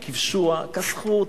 "וכבשוה" כסחו,